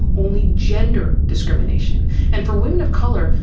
only gender discrimination, and for women of color,